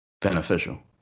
Beneficial